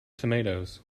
tomatoes